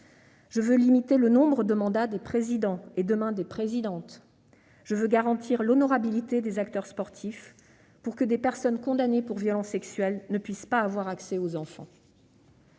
Je veux limiter le nombre de mandats des présidents et, demain, des présidentes. Enfin, je veux garantir l'honorabilité des acteurs sportifs, pour que des personnes condamnées pour violences sexuelles ne puissent pas entrer en contact